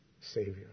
Savior